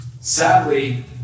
sadly